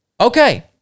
Okay